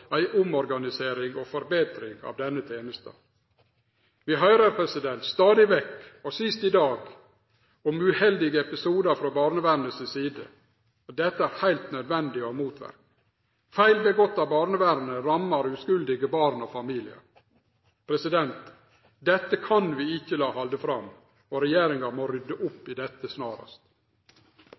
ei omorganisering og forbetring av denne tenesta. Vi høyrer stadig vekk – sist i dag – om uheldige episodar frå barnevernet si side. Dette er det heilt nødvendig å motverke. Feil som barnevernet har gjort seg skuldig i, rammar uskuldige barn og familiar. Dette kan vi ikkje la halde fram. Regjeringa må rydde opp i dette snarast.